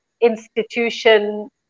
institution